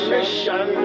Mission